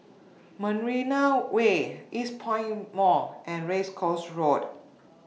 Marina Way Eastpoint Mall and Race Course Road